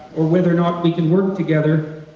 or whether or not we can work together,